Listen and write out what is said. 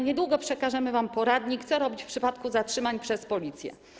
Niedługo przekażemy wam poradnik, co robić w przypadku zatrzymań przez policję.